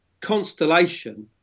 constellation